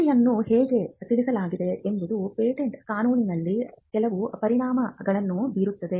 ವರದಿಯನ್ನು ಹೇಗೆ ತಿಳಿಸಲಾಗಿದೆ ಎಂಬುದು ಪೇಟೆಂಟ್ ಕಾನೂನಿನಲ್ಲಿ ಕೆಲವು ಪರಿಣಾಮಗಳನ್ನು ಬೀರುತ್ತದೆ